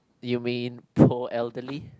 you mean poor elderly